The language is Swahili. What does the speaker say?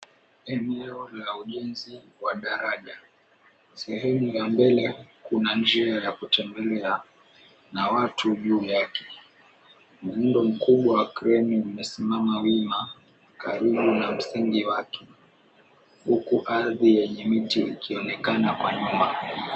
Eneo la ujenzi wa daraja sehemu ya mbele kuna njia ya kutembelea na watu juu yake mrundo mkubwa wa kreni umesimama wima karibu na msingi wake huku ardhi yenye miti inaonekana kwa nyuma.